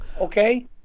okay